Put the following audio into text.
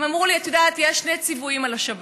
הם אמרו לי: את יודעת, יש שני ציוויים על השבת: